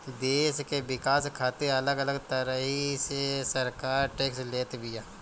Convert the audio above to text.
देस के विकास खातिर अलग अलग तरही से सरकार टेक्स लेत बिया